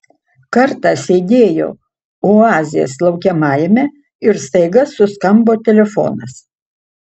kartą sėdėjau oazės laukiamajame ir staiga suskambo telefonas